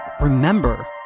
remember